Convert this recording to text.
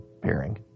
pairing